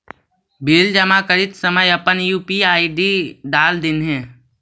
bill जमा करित समय अपन यू.पी.आई आई.डी डाल दिन्हें